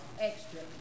extra